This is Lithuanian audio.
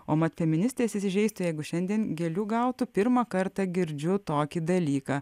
o mat ministrės įsižeistų jeigu šiandien gėlių gautų pirmą kartą girdžiu tokį dalyką